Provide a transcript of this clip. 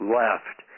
left